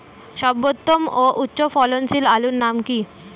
সর্বোত্তম ও উচ্চ ফলনশীল আলুর নাম কি?